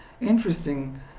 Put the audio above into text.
interesting